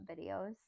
videos